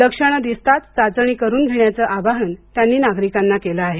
लक्षणं दिसताच चाचणी करुन घेण्याचं आवाहन त्यांनी नागरिकांना केलं आहे